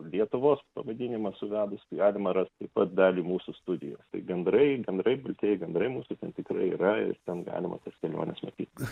lietuvos pavadinimą suvedus galima rast taip pat dalį mūsų studijos tai gandrai gandrai baltieji gandrai mūsų ten tikrai yra ir ten galima tas keliones matyt